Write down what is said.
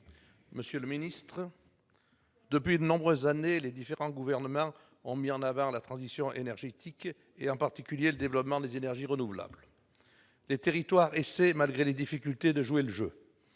Monsieur le ministre d'État, depuis de nombreuses années, les différents gouvernements ont mis en avant la transition énergétique, en particulier le développement des énergies renouvelables. Les territoires essaient, malgré les difficultés, de jouer le jeu.